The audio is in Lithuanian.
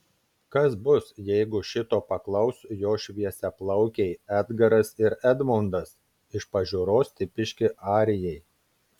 kas bus jeigu šito paklaus jo šviesiaplaukiai edgaras ir edmondas iš pažiūros tipiški arijai